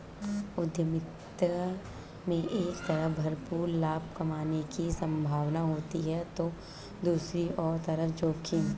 उद्यमिता में एक तरफ भरपूर लाभ कमाने की सम्भावना होती है तो दूसरी तरफ जोखिम